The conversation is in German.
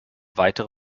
weitere